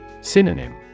Synonym